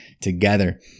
together